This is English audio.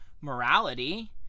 morality